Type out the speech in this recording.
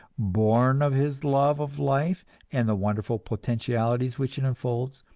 born of his love of life and the wonderful potentialities which it unfolds,